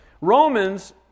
Romans